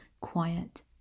quiet